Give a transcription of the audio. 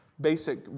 basic